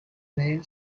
main